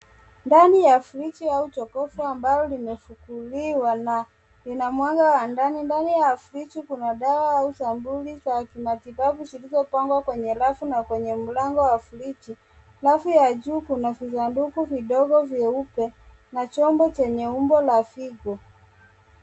Ndani ya friji au jokofu ambayo limefunguliwa na ina mwanga wa ndani. Ndani ya friji kuna dawa au sampuli za kimatibabu zilizopangwa kwenye rafu na kwenye mlango wa friji. Rafu ya juu kuna visanduku vidogo vyeupe na chombo chenye umbo la figo.